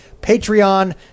Patreon